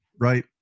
right